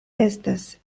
estas